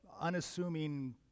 unassuming